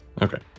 Okay